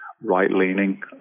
right-leaning